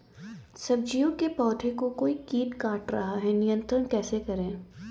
सब्जियों के पौधें को कोई कीट काट रहा है नियंत्रण कैसे करें?